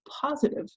positive